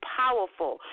powerful